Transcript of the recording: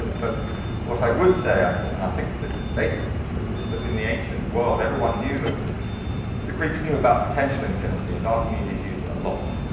but what i would say and i think that this is basically true is that the ancient world, everyone knew that the greeks knew about potential infinity. and archimedes used it a lot.